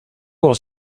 was